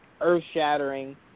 earth-shattering